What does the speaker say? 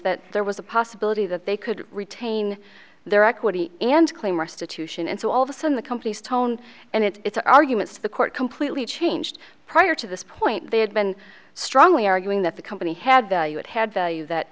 that there was a possibility that they could retain their equity and claim restitution and so all of a sudden the company's tone and its arguments to the court completely changed prior to this point they had been strongly arguing that the company had the you it had value that